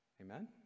Amen